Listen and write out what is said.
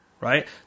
right